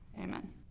Amen